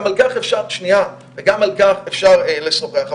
גם על כך אפשר לשוחח,